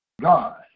God